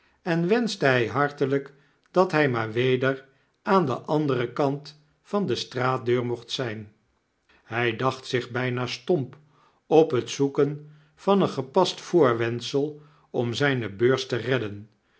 en wenschte hy hartelyk dat hy maar weder aan den anderen kant van de straatdeur mocht zijn hij dacht zich byna stomp op het zoeken van een gepast voorwendsel om zijne beurs te redden